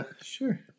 Sure